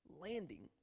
landing